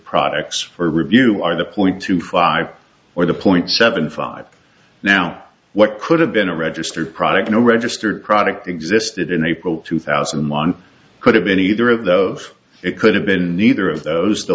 products for review on the point two five or the point seven five now what could have been a registered product no registered product existed in april two thousand and one could have been either of those it could have been either of those the